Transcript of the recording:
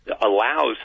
allows